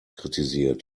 kritisiert